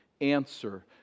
answer